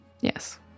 Yes